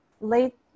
late